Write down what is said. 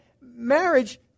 marriage